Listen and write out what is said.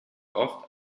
oft